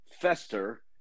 fester